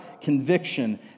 Conviction